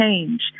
change